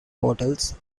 hotels